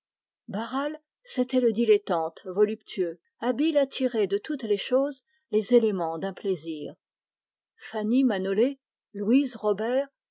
barral c'était le dilettante habile à tirer de toutes choses les éléments d'un plaisir fanny manolé louise robert